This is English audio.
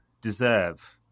deserve